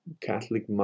Catholic